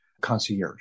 concierge